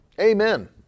Amen